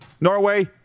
Norway